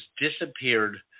disappeared